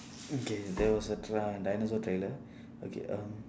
okay there was a tra~ dinosaur trailer okay um